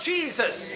Jesus